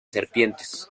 serpientes